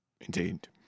Indeed